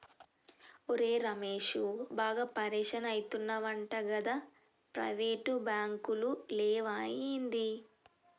ఒరే రమేశూ, బాగా పరిషాన్ అయితున్నవటగదా, ప్రైవేటు బాంకులు లేవా ఏంది